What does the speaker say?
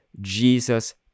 Jesus